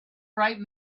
bright